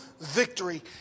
victory